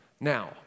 now